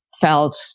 felt